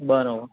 બરોબર